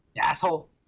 Asshole